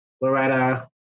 Loretta